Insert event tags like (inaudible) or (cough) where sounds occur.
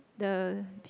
the (noise)